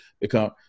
become